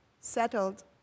settled